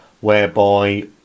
whereby